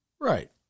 Right